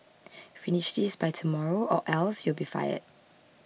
finish this by tomorrow or else you'll be fired